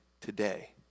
today